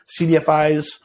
CDFIs